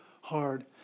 hard